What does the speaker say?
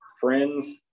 friends